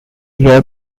year